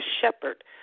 shepherd